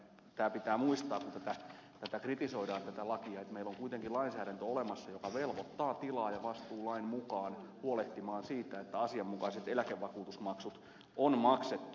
tämä pitää muistaa kun tätä lakia kritisoidaan että meillä on kuitenkin lainsäädäntö olemassa joka velvoittaa tilaajavastuulain mukaan huolehtimaan siitä että asianmukaiset eläkevakuutusmaksut on maksettu